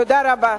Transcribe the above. תודה רבה.